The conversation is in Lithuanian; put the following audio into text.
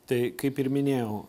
tai kaip ir minėjau